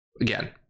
Again